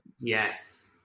Yes